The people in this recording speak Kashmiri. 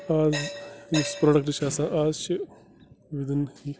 آز یُس پرٛوٚڈَکٹ چھِ آسان آز چھِ وِدٕن یہِ